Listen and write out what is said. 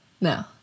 No